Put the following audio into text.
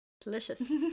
delicious